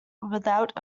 without